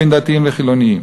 בין דתיים לחילונים.